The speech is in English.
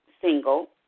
single